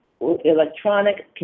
electronic